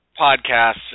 podcasts